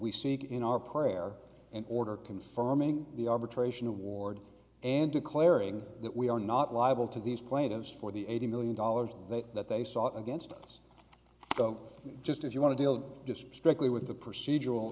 we seek in our prayer an order confirming the arbitration award and declaring that we are not liable to these plaintiffs for the eighty million dollars that they sought against us go just as you want to deal just strictly with the procedural